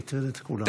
זה הטריד את כולם.